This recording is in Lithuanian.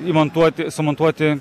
įmontuoti sumontuoti